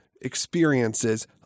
experiences